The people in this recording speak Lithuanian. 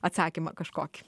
atsakymą kažkokį